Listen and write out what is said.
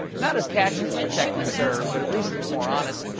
not as catchy as protect and serve, but at least it's more honest.